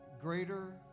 greater